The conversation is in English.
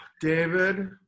David